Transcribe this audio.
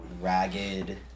ragged